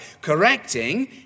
Correcting